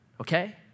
okay